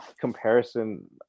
comparison